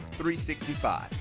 365